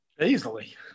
Easily